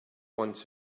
wants